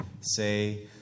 say